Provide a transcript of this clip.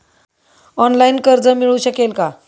Online कर्ज मिळू शकेल का?